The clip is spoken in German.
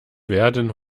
werden